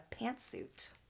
pantsuit